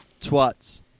Twats